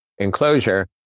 enclosure